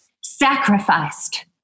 sacrificed